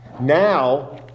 Now